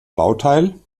bauteil